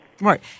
Right